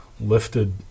lifted